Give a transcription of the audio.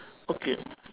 okay